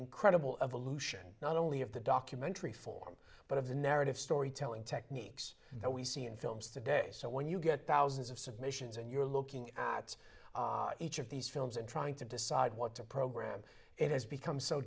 incredible of aleutian not only of the documentary form but of the narrative storytelling techniques that we see in films today so when you get thousands of submissions and you're looking at each of these films and trying to decide what to program it has become so